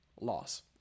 Loss